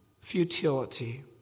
futility